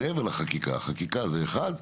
מעבר לחקיקה, החקיקה זה אחד,